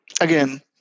Again